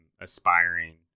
aspiring